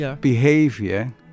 behavior